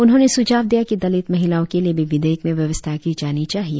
उन्होंने सुझाव दिया कि दलित महिआलों के लिए भी विधेयक में व्यवस्था की जानी चाहिए